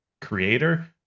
creator